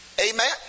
Amen